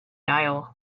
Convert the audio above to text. aisle